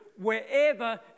wherever